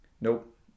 Nope